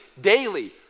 daily